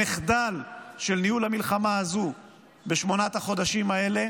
המחדל של ניהול המלחמה הזו בשמונת החודשים האלה